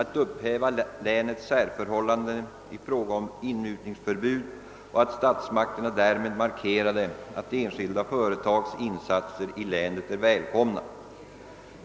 att upphäva särbestämmelserna för länet i fråga om inmutningsförbud och att statsmakterna därmed markerade att enskilda företags insatser i länet är välkomna.